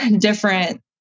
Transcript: different